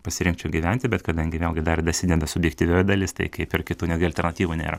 pasirinkčiau gyventi bet kadangi vėlgi dar dasideda subjektyvioji dalis tai kaip ir kitų netgi alternatyvų nėra